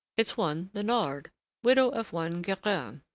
it's one leonard, widow of one guerin,